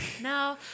No